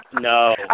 No